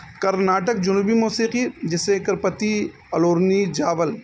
کرناٹک جنوبی موسیقی جسے کرپتی الورنی جھاول